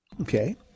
Okay